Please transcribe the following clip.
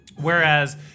Whereas